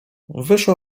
wyszła